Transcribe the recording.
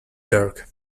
jerk